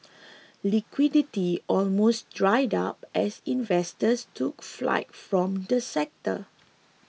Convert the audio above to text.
liquidity almost dried up as investors took flight from the sector